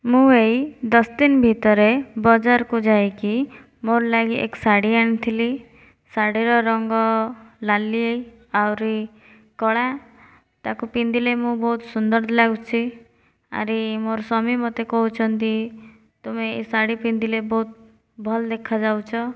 ମୁଁ ଏଇ ଦଶ ଦିନ ଭିତରେ ବଜାରକୁ ଯାଇକି ମୋର୍ ଲାଗି ଏକ୍ ଶାଢ଼ୀ ଆଣିଥିଲି ଶାଢ଼ୀର ରଙ୍ଗ ନାଲି ଆହୁରି କଳା ତାକୁ ପିନ୍ଧିଲେ ମୁଁ ବହୁତ ସୁନ୍ଦର ଲାଗୁଛି ଆରି ମୋର୍ ସ୍ଵାମୀ ମତେ କହୁଛନ୍ତି ତମେ ଏ ଶାଢ଼ୀ ପିନ୍ଧିଲେ ବହୁତ ଭଲ ଦେଖାଯାଉଛ